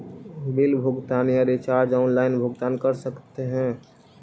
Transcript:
Bill भुगतान या recharge online भुगतान कर सकते हैं?